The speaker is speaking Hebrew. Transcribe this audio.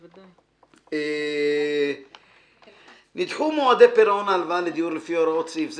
בקריאה: (ג)נדחו מועדי פירעון ההלוואה לדיור לפי הוראות סעיף זה,